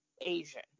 Asian